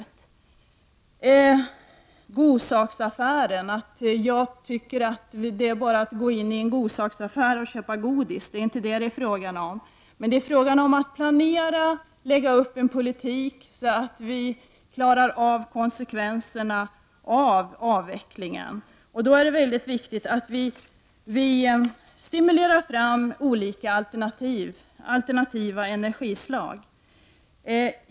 Det är inte fråga om att jag skulle tycka att det bara är att gå in i en godsaksaffär och köpa godis. Det är fråga om att planera, lägga upp en politik så att vi klarar av konsekvenserna av avvecklingen. Då är det mycket viktigt att vi stimulerar fram olika alternativa energislag.